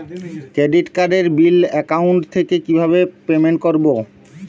Credit কার্ডের bill account থেকে কিভাবে পেমেন্ট করবো?